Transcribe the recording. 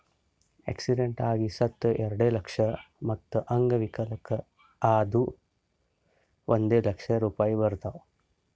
accident ಆಗಿ ಸತ್ತುರ್ ಎರೆಡ ಲಕ್ಷ, ಮತ್ತ ಅಂಗವಿಕಲ ಆದುರ್ ಒಂದ್ ಲಕ್ಷ ರೂಪಾಯಿ ಬರ್ತಾವ್